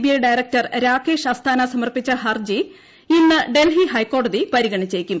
BI director Rakesh Asthana സമർപ്പിച്ച ഹർജി ഇന്ന് ഡൽഹി ഹൈക്കോടതി പരിഗണിച്ചേക്കും